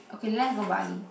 okay lets go Bali